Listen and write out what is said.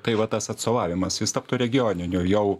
tai va tas atstovavimas jis taptų regioniniu jau